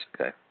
Okay